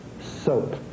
SOAP